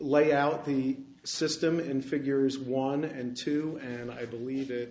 lay out the system in figures one and two and i believe